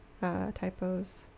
typos